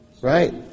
Right